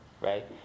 right